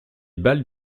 balles